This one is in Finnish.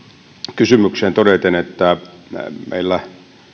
kysymykseen todeten että meillä